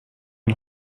een